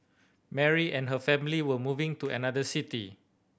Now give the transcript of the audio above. Mary and her family were moving to another city